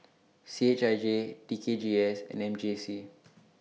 C H I J T K G S and M J C